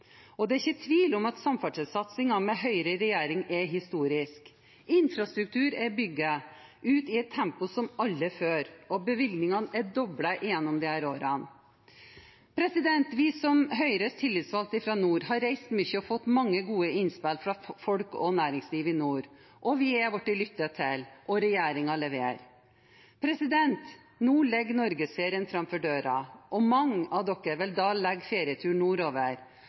Og det er ikke tvil om at samferdselssatsingen med Høyre i regjering er historisk. lnfrastruktur er bygget ut i et tempo som aldri før, og bevilgningene er doblet gjennom disse årene. Vi som Høyres tillitsvalgte fra nord har reist mye og fått mange gode innspill fra folk og næringsliv i nord. Vi er blitt lyttet til, og regjeringen leverer. Nå står norgesferien for døra, og mange av dere vil da legge ferieturen nordover.